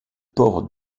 port